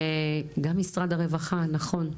גם משרד הרווחה, נכון.